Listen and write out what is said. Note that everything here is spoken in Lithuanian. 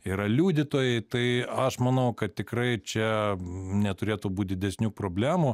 yra liudytojai tai aš manau kad tikrai čia neturėtų būt didesnių problemų